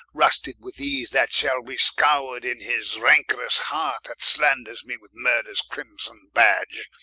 rusted with ease, that shall be scowred in his rancorous heart, that slanders me with murthers crimson badge.